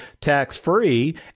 tax-free